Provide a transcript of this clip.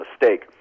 mistake